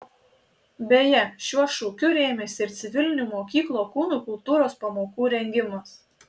beje šiuo šūkiu rėmėsi ir civilinių mokyklų kūno kultūros pamokų rengimas